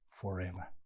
forever